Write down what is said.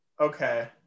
okay